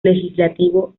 legislativo